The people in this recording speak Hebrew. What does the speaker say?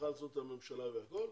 שלחצנו את הממשלה והכל,